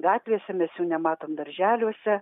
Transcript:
gatvėse mes jų nematom darželiuose